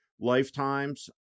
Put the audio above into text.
lifetimes